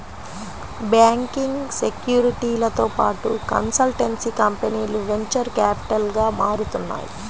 banking, సెక్యూరిటీలతో పాటు consultancy కంపెనీలు వెంచర్ క్యాపిటల్గా మారుతున్నాయి